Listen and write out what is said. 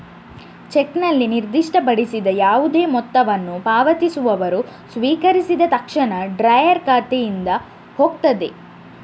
ಚೆಕ್ನಲ್ಲಿ ನಿರ್ದಿಷ್ಟಪಡಿಸಿದ ಯಾವುದೇ ಮೊತ್ತವನ್ನು ಪಾವತಿಸುವವರು ಸ್ವೀಕರಿಸಿದ ತಕ್ಷಣ ಡ್ರಾಯರ್ ಖಾತೆಯಿಂದ ಹೋಗ್ತದೆ